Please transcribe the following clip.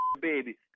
baby